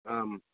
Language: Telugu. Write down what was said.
ఆ